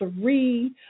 three